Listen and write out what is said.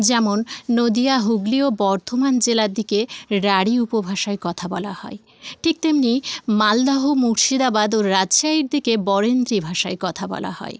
যেমন নদিয়া হুগলি ও বর্ধমান জেলার দিকে রাঢ়ী উপভাষায় কথা বলা হয় ঠিক তেমনি মালদহ মুর্শিদাবাদ ও রাজশাহীর দিকে বরেন্দ্রী ভাষায় কথা বলা হয়